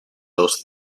those